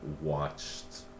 watched